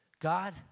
God